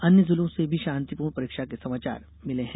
अन्य जिलों से भी षांतिपूर्ण परीक्षा के समाचार मिले है